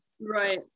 Right